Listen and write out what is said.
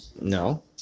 No